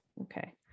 Okay